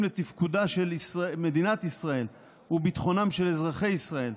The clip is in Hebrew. לתפקודה של מדינת ישראל וביטחונם של אזרחי ישראל.